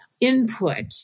input